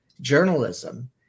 journalism